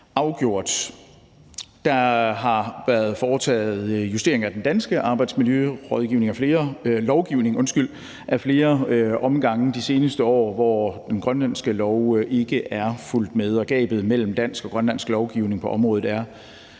Der har været foretaget justeringer af den danske arbejdsmiljølovgivning ad flere omgange de seneste år, hvor den grønlandske lov ikke er fulgt med, og gabet mellem dansk og grønlandsk lovgivning på området er